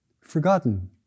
Forgotten